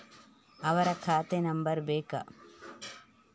ಅವರ ಖಾತೆ ನಂಬರ್ ಬೇಕಾ?